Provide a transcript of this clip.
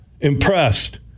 impressed